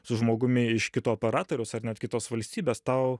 su žmogumi iš kito operatoriaus ar net kitos valstybės tau